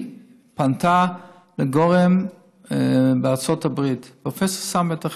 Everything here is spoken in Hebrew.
היא פנתה לגורם בארצות הברית, פרופ' סאמט אחד,